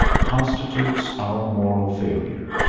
constitutes our moral failure.